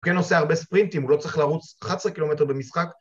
כן עושה הרבה ספרינטים, הוא לא צריך לרוץ 11 קילומטר במשחק